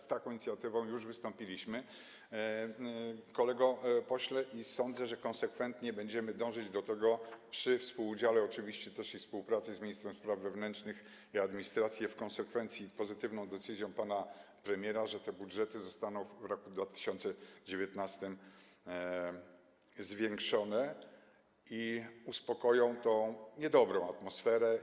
Z taką inicjatywą już wystąpiliśmy, kolego pośle, i sądzę, że konsekwentnie będziemy dążyć do tego - oczywiście przy współudziale, współpracy z ministrem spraw wewnętrznych i administracji, a w konsekwencji przy pozytywnej decyzji pana premiera - że te budżety zostaną w roku 2019 zwiększone i uspokoją tę niedobrą atmosferę.